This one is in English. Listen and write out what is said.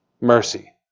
Mercy